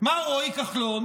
מר רועי כחלון